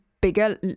bigger